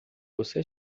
você